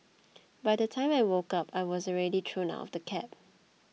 by the time I woke up I was already thrown out of the cab